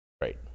Right